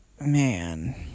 Man